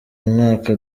mwaka